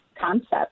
concept